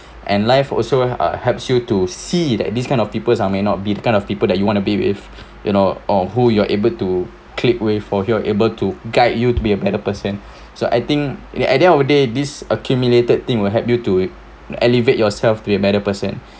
and life also uh helps you to see that this kind of peoples are may not be the kind of people that you want to be with you know or who you are able to click way for you're able to guide you to be a better person so I think at the end of the day this accumulated thing will help you to elevate yourself to be a better person